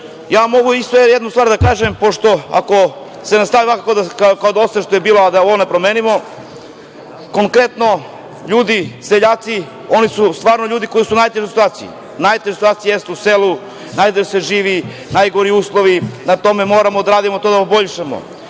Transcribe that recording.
mogu i još jednu stvar da kažem, pošto ako se nastavi ovako kao do sada što je bilo a da ovo ne promenimo, konkretno ljudi, seljaci, oni su stvarno ljudi koji su u najtežoj situaciji. Najteža situacija jeste u selu, najteže se živi, najgori uslovi. Na tome moramo da radimo da to poboljšamo.